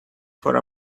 for